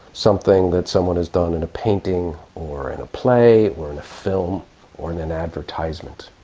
something that someone has done in a painting or in a play or in a film or in an advertisement.